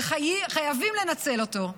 וחייבים לנצל אותו.